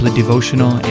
devotional